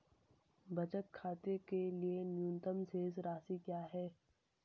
बचत खाते के लिए न्यूनतम शेष राशि क्या है?